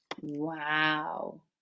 Wow